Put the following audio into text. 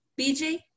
BJ